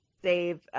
save